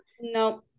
No